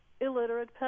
illiterate